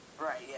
Right